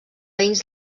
veïns